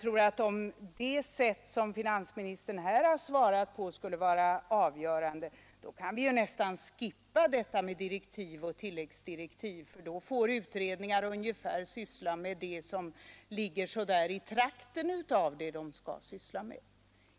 Om det sätt som finansministern här har svarat på skulle vara avgörande, kan vi nästan skippa alla direktiv och tilläggsdirektiv för då skulle utredningar alltid få syssla med allt som ligger ungefär i trakten av det de skall syssla med.